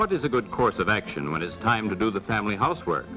what is a good course of action when it's time to do the family house work